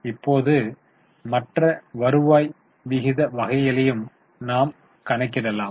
இப்போது மற்ற வருவாய் விகித வகைகளையும் நாம் கணக்கிடலாம்